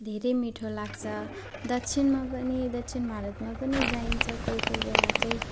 धेरै मिठो लाग्छ दक्षिणमा पनि दक्षिण भारतमा पनि जाइन्छ कोही कोही बेला चाहिँ